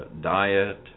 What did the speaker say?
diet